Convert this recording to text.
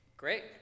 Great